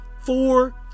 Four